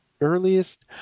earliest